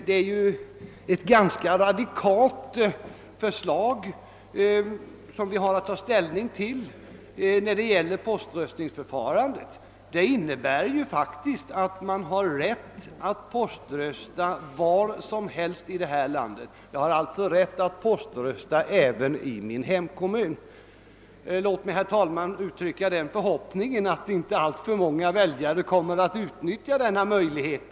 Det är ju ett ganska radikalt förslag, som vi har att ta ställning till i fråga om poströstningsförfarandet. Det innebär, att man har rätt att poströsta var som helst i landet, alltså även i sin hemkommun. Låt mig, herr talman, uttrycka den förhoppningen att inte alltför många väljare kommer att utnyttja denna möjlighet.